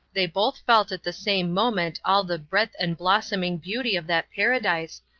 they both felt at the same moment all the breadth and blossoming beauty of that paradise,